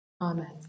amen